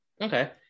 okay